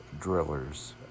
drillers